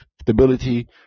Stability